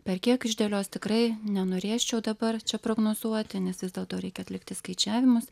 per kiek išdėlios tikrai nenorėčiau dabar čia prognozuoti nes vis dėlto reikia atlikti skaičiavimus